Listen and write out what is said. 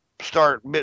start